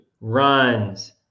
runs